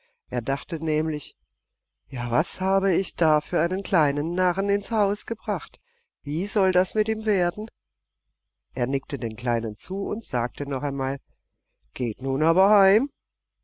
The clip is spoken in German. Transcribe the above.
er dachte nämlich ja was habe ich da für einen kleinen narren ins haus gebracht wie soll das mit ihm werden er nickte den kindern zu und sagte nur noch einmal geht nun aber heim